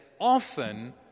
often